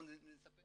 ונספר